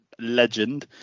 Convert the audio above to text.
legend